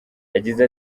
yagize